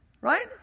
Right